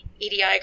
EDI